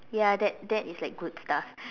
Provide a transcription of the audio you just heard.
ya that that is like good stuff